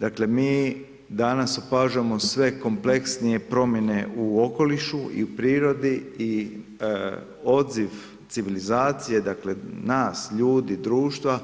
Dakle, mi danas opažamo sve kompleksnije promjene u okolišu i u prirodi i odziv civilizacije, dakle, nas, ljudi, društva,